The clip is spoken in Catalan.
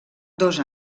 dos